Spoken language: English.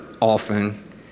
often